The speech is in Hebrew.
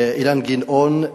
אילן גילאון,